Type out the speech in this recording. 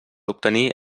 obtenir